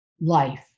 life